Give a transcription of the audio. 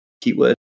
keyword